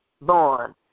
born